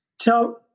tell